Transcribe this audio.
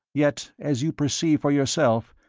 yet, as you perceive for yourself,